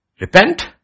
Repent